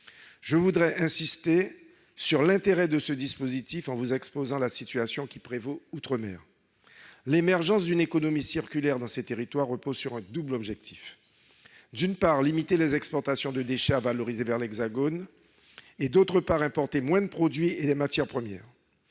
Je veux insister sur l'intérêt de ce dispositif en vous exposant la situation qui prévaut outre-mer. L'émergence d'une économie circulaire dans ces territoires repose sur un double objectif : limiter les exportations de déchets à valoriser vers l'Hexagone et importer moins de produits et de matières premières.